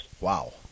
Wow